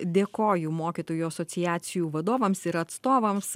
dėkoju mokytojų asociacijų vadovams ir atstovams